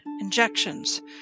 injections